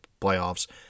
playoffs